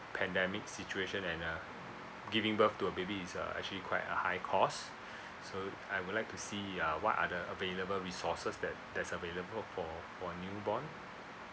pandemic situation and uh giving birth to a baby is uh actually quite a high cost so I would like to see uh what are the available resources that that's available for for a newborn